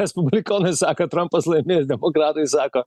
respublikonai sako trampas laimės demokratai sako